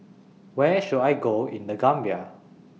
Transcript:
Where should I Go in The Gambia